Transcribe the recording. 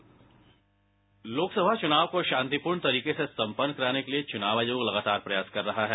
bite Lok Sabha चुनाव को शांतिपूर्ण तरीके से सम्पन्न कराने के लिए चुनाव आयोग लगातार प्रयास कर रहा है